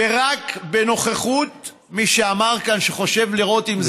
ורק בנוכחות מי שאמר כאן שחושב לראות אם זה יעבור,